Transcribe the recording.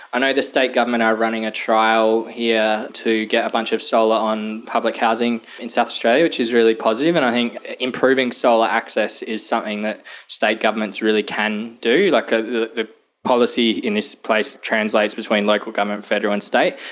and i know the state government are running a trial here to get a bunch of solar on public housing in south australia, which is really positive. and i think improving solar access is something that state governments really can do. like ah the the policy in this place translates between local government, federal and state.